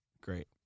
Great